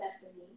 sesame